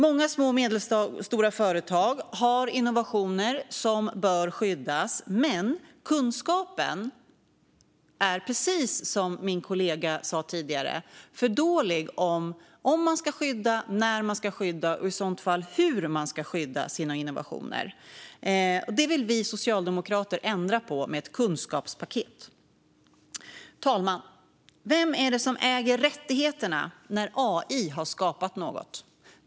Många små och medelstora företag har innovationer som bör skyddas, men som min kollega sa tidigare är kunskapen för dålig när det gäller om, när och i så fall hur man ska skydda sina innovationer. Detta vill vi socialdemokrater ändra på med ett kunskapspaket. Fru talman! Vem äger rättigheterna när AI har skapat något?